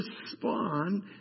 respond